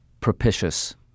propitious